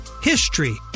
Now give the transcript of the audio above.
HISTORY